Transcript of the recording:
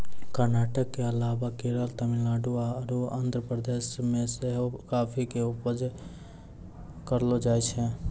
कर्नाटक के अलावा केरल, तमिलनाडु आरु आंध्र प्रदेश मे सेहो काफी के उपजा करलो जाय छै